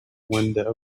window